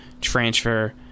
transfer